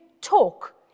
talk